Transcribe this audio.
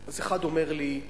אז אחד אומר לי: